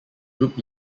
group